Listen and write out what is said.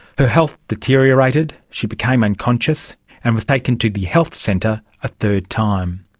her health deteriorated, she became unconscious and was taken to the health centre a third time.